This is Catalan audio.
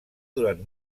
durant